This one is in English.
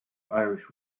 irish